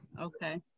okay